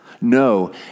No